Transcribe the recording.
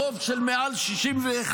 ברוב של מעל 61,